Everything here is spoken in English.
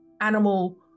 animal